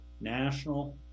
national